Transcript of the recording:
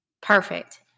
Perfect